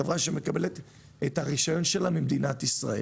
חברה שמקבלת את הרישיון שלה ממדינת ישראל.